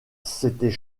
c’était